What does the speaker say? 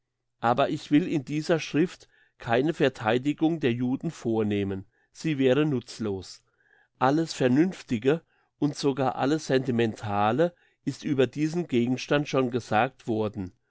aber ich will in dieser schrift keine vertheidigung der juden vornehmen sie wäre nutzlos alles vernünftige und sogar alles sentimentale ist über diesen gegenstand schon gesagt worden